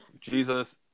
Jesus